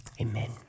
amen